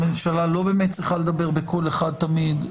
הממשלה לא באמת צריכה לדבר בקול אחד תמיד.